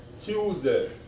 Tuesday